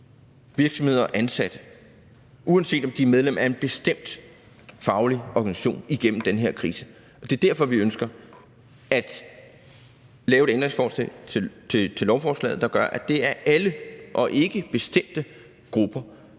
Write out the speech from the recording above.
den her krise, uanset om de er medlem af en bestemt faglig organisation. Det er derfor, vi ønsker at lave et ændringsforslag til lovforslaget, der gør, at det er alle og ikke kun bestemte grupper,